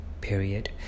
period